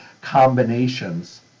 combinations